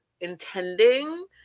intending